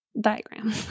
diagram